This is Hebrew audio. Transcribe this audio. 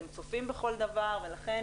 הם צופים בכל דבר ולכן